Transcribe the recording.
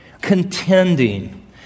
Contending